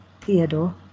Theodore